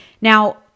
Now